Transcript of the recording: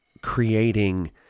creating